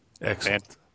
Excellent